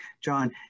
john